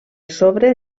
sobre